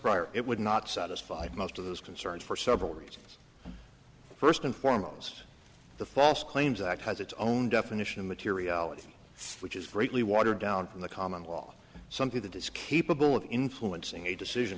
prior it would not satisfy most of those concerns for several reasons first and foremost the foss claims act has its own definition of materiality which is greatly watered down from the common law something that is capable of influencing a decision